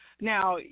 Now